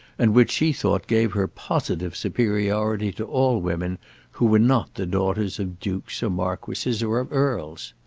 and which she thought gave her positive superiority to all women who were not the daughters of dukes or marquises, or of earls.